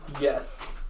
Yes